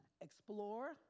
explore